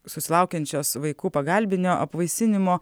susilaukiančios vaikų pagalbinio apvaisinimo